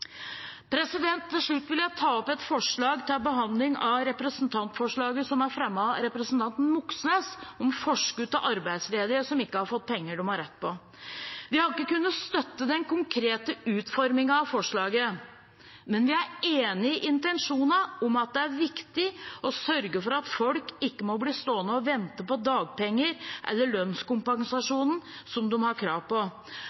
Til slutt vil jeg ta opp et forslag til behandling av representantforslaget, som er fremmet av representanten Moxnes om forskudd til arbeidsledige som ikke har fått penger de har rett på. Vi har ikke kunnet støtte den konkrete utformingen av forslaget, men vi er enig i intensjonen om at det er viktig å sørge for at folk ikke må bli stående å vente på dagpenger eller lønnskompensasjon som de har krav på.